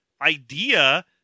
idea